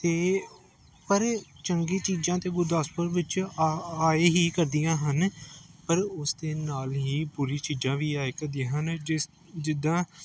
ਅਤੇ ਪਰ ਚੰਗੀ ਚੀਜ਼ਾਂ ਤਾਂ ਗੁਰਦਾਸਪੁਰ ਵਿੱਚ ਆ ਆਏ ਹੀ ਕਰਦੀਆਂ ਹਨ ਪਰ ਉਸ ਦੇ ਨਾਲ ਹੀ ਬੁਰੀ ਚੀਜ਼ਾਂ ਵੀ ਆਏ ਕਰਦੀਆਂ ਨੇ ਜਿਸ ਜਿੱਦਾਂ